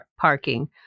parking